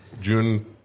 June